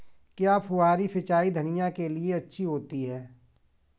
क्या फुहारी सिंचाई धनिया के लिए अच्छी होती है?